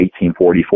1844